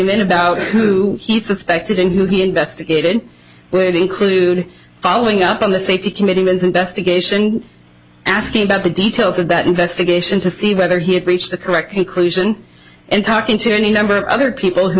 men about who he thought spectating who he investigated would include following up on the safety committee with investigation asking about the details of that investigation to see whether he had reached the correct conclusion in talking to any number of other people who